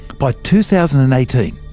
by two thousand and eighteen,